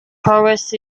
prowess